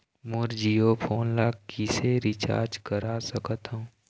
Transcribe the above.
मोर Jio phone ला किसे recharge करा सकत हवं?